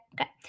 okay